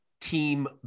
team